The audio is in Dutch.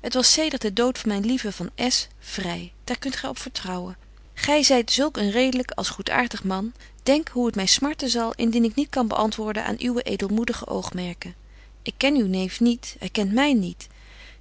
het was zedert den dood van myn lieven van s vry daar kunt gy op vertrouwen gy zyt zulk een redelyk als goedaartig man denk hoe het my smarten zal indien ik niet kan beantwoorden aan uwe edelmoedige oogmerken ik ken uw neef niet hy kent my niet